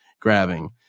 grabbing